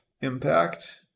impact